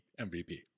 MVP